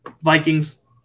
Vikings